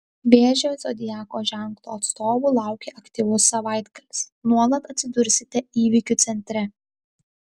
vėžio zodiako ženklo atstovų laukia aktyvus savaitgalis nuolat atsidursite įvykių centre